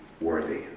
worthy